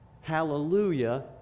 Hallelujah